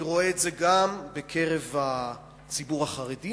אני רואה את זה גם בקרב הציבור החרדי,